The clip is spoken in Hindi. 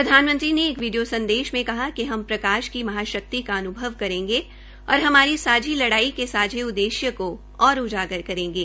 प्रधानमंत्री ने एक वीडियों संदेश में कहा कि हम प्रकाश की महाशक्ति का अन्भव करेंगे और हमारी सांझी लड़ाई के सांझे उद्देश्य को और उजागर करेंगे